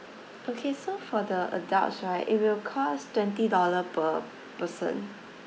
okay so for the adults right it will cost twenty dollar per person